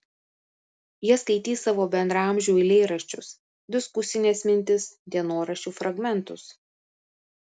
jie skaitys savo bendraamžių eilėraščius diskusines mintis dienoraščių fragmentus